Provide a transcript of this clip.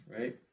right